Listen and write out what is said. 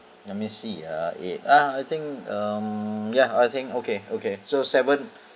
let me see ah eight ah I think um yeah I think okay okay so seven